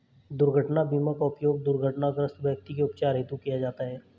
दुर्घटना बीमा का उपयोग दुर्घटनाग्रस्त व्यक्ति के उपचार हेतु किया जाता है